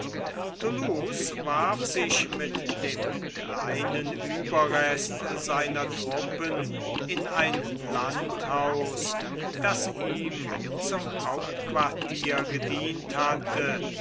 warf sich mit dem kleinen ueberrest seiner truppen in ein landhaus das ihm zum hauptquartier gedient hatte